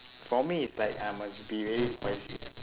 for me it's like ah must be really spicy